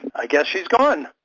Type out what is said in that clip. i guess she's gone.